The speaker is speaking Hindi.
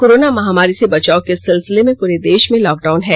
कोरोना महामारी से बचाव के सिलसिले में पूरे देष में लॉकडाउन है